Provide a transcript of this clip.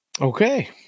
Okay